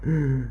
mm